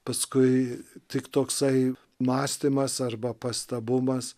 paskui tik toksai mąstymas arba pastabumas